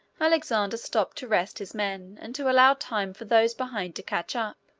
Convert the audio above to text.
alexander stopped to rest his men, and to allow time for those behind to come up.